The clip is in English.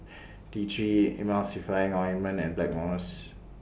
T three Emulsying Ointment and Blackmores